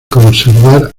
conservar